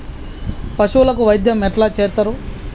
పశువులకు వైద్యం ఎట్లా చేత్తరు?